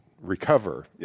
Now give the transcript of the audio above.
recover